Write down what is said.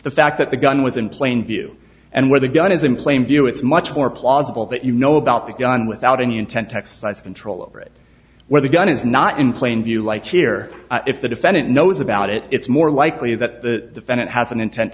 the fact that the gun was in plain view and where the gun is in plain view it's much more plausible that you know about the gun without any intent to exercise control over it where the gun is not in plain view like here if the defendant knows about it it's more likely that the senate has an intent